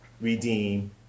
redeem